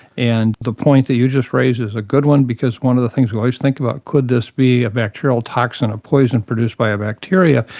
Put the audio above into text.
and the point that you just raised is a good one because one of the things we always think about is could this be a bacterial toxin, a poison produced by a bacteria,